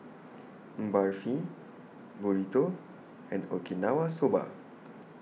Barfi Burrito and Okinawa Soba